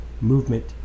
movement